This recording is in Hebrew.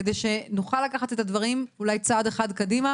כדי שנוכל לקחת את הדברים אולי צעד אחד קדימה